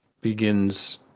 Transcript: begins